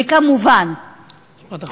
וכמובן, משפט אחרון.